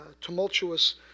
tumultuous